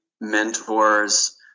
mentors